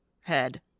head